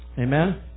Amen